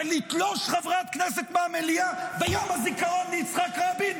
ולתלוש חברת כנסת מהמליאה ביום הזיכרון ליצחק רבין